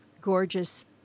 gorgeous